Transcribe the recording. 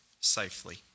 safely